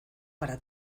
para